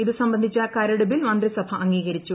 ഇതു സംബന്ധിച്ച കരടു ബിൽ മന്ത്രിസഭ അംഗീകരിച്ചു